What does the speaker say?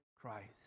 Christ